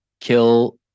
kill